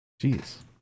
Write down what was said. Jeez